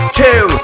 two